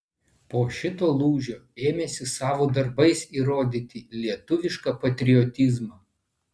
po šito lūžio ėmėsi savo darbais įrodyti lietuvišką patriotizmą